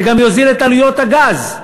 זה גם יוזיל את עלויות הגז.